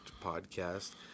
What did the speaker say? podcast